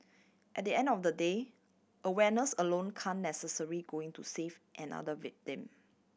at the end of the day awareness alone can necessary going to save another victim